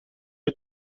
های